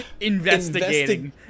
Investigating